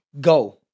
go